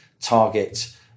target